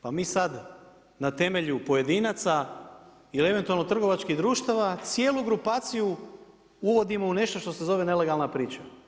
Pa mi sad na temelju pojedinaca ili eventualno trgovačkih društava cijelu grupaciju uvodimo u nešto što se zove nelegalna priča.